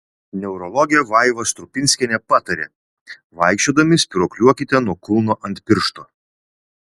neurologė vaiva strupinskienė patarė vaikščiodami spyruokliuokite nuo kulno ant piršto